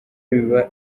biba